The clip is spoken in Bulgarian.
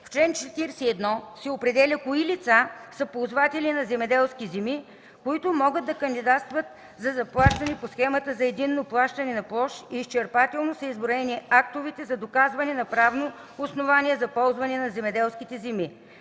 В чл. 41 се определя кои лица са ползватели на земеделски земи, които могат да кандидатстват за заплащане по Схемата за единно плащане на площ и изчерпателно са изброени актовете за доказване на правно основание за ползване на земеделски земи.